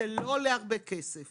זה לא עולה הרבה כסף.